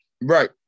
Right